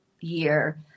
year